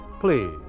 Please